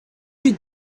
you